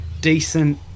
decent